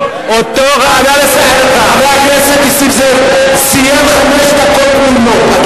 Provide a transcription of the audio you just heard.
חבר הכנסת נסים זאב סיים חמש דקות תמימות.